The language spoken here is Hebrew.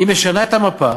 היא משנה את המפה